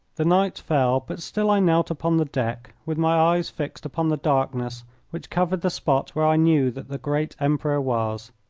the night fell, but still i knelt upon the deck, with my eyes fixed upon the darkness which covered the spot where i knew that the great emperor was.